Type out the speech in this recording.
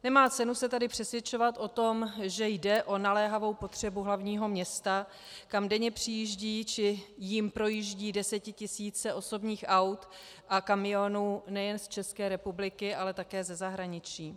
Nemá cenu se tady přesvědčovat o tom, že jde o naléhavou potřebu hlavního města, kam denně přijíždí či jím projíždí desetitisíce osobních aut a kamionů nejen z ČR, ale také ze zahraničí.